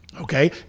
okay